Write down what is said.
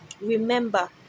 Remember